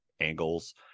angles